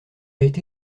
été